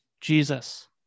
Jesus